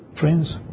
Friends